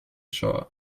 shower